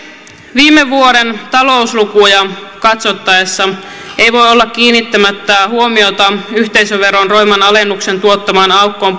viime vuoden talouslukuja katsottaessa ei voi olla kiinnittämättä huomiota yhteisöveron roiman alennuksen budjetissa tuottamaan aukkoon